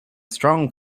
strong